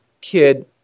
kid